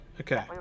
Okay